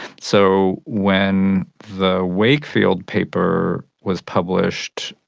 so when the wakefield paper was published,